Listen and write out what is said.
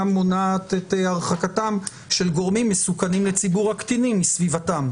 מונעת את הרחקתם של גורמים מסוכנים לציבור הקטינים מסביבתם.